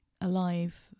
alive